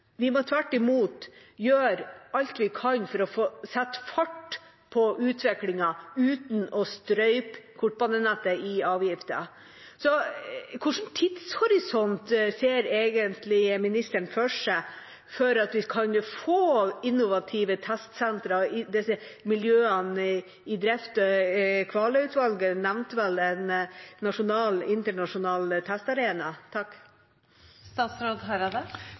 Vi må tvert imot gjøre alt vi kan for å sette fart på utviklingen, uten å strupe kortbanenettet med avgifter. Innenfor hvilken tidshorisont ser egentlig ministeren for seg for at vi kan få innovative testsentre i disse miljøene i drift? Quale-utvalget nevnte vel en nasjonal/internasjonal testarena.